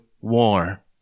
war